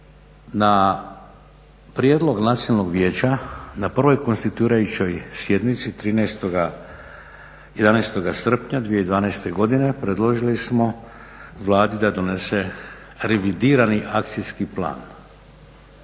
Na prijedlog nacionalnog vijeća na prvoj konstituirajućoj sjednici 11. srpnja 2012. godine predložili smo Vladi da donese revidirani akcijski plan.